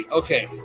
okay